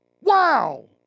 Wow